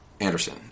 Anderson